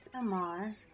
Amar